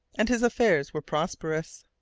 and his affairs were prosperous.